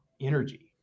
energy